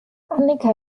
annika